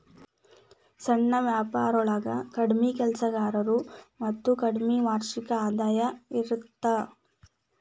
ಸಣ್ಣ ವ್ಯಾಪಾರೊಳಗ ಕಡ್ಮಿ ಕೆಲಸಗಾರರು ಮತ್ತ ಕಡ್ಮಿ ವಾರ್ಷಿಕ ಆದಾಯ ಇರತ್ತ